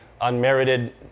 unmerited